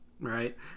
right